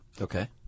Okay